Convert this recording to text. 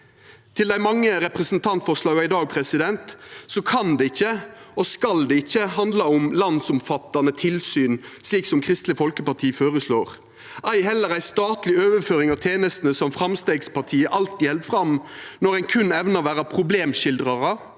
Til dei mange representantforslaga i dag: Det kan ikkje og skal ikkje handla om landsomfattande tilsyn, slik som Kristeleg Folkeparti føreslår, ei heller ei statleg overføring av tenestene som Framstegspartiet alltid held fram når ein berre evnar å vera problemskildrarar